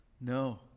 no